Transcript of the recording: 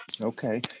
Okay